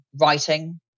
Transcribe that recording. writing